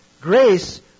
Grace